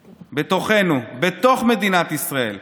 בתוכנו, בתוך מדינת ישראל,